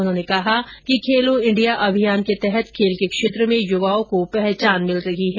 उन्होंने कहा कि खेलो इंडिया अभियान के तहत खेल के क्षेत्र में युवाओं को पहचान मिल रही है